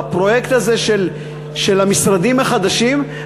בפרויקט הזה של המשרדים החדשים,